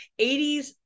80s